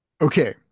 okay